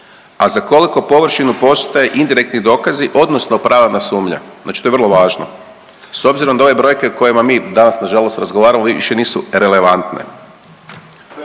a za koliko površinu postoje indirektni dokazi odnosno opravdana sumnja. Znači to je vrlo važno. S obzirom da ove brojke kojima mi danas nažalost razgovaramo, više nisu relevantne.